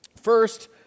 First